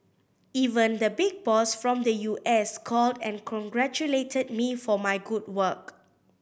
even the big boss from the U S called and congratulated me for my good work